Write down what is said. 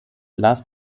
las